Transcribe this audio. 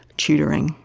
tutoring,